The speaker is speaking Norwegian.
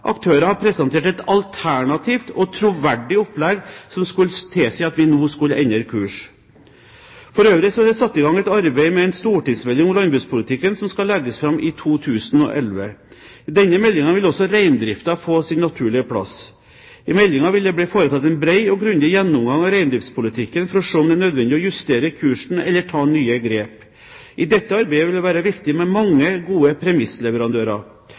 aktører har presentert et alternativt og troverdig opplegg som skulle tilsi at vi nå skulle endre kurs. For øvrig er det satt i gang et arbeid med en stortingsmelding om landbrukspolitikken som skal legges fram i 2011. I denne meldingen vil også reindriften få sin naturlige plass. I meldingen vil det bli foretatt en bred og grundig gjennomgang av reindriftspolitikken for å se om det er nødvendig å justere kursen eller ta nye grep. I dette arbeidet vil det være viktig med mange gode premissleverandører.